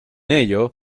ello